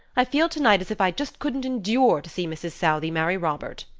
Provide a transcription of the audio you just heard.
i feel to-night as if i just couldn't endure to see mrs. southey marry robert.